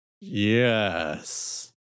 yes